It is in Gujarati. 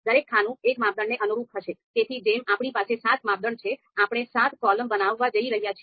દરેક ખાનું એક માપદંડને અનુરૂપ હશે તેથી જેમ આપણી પાસે સાત માપદંડ છે આપણે સાત કૉલમ બનાવવા જઈ રહ્યા છીએ